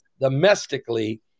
domestically